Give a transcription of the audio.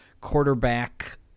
quarterback